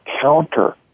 counter